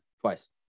twice